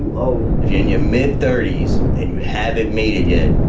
oh. if you in your mid thirties and you haven't made it yet,